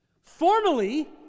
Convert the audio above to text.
Formally